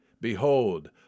Behold